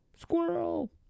Squirrel